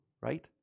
Right